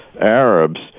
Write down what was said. arabs